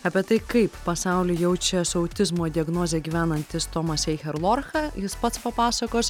apie tai kaip pasaulį jaučia su autizmo diagnoze gyvenantis tomas eicherlorcha jis pats papasakos